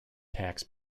tax